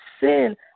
sin